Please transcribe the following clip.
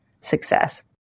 success